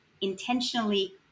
intentionally